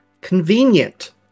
Convenient